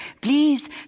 Please